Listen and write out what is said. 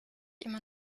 immer